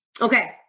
Okay